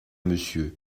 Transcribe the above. monsieur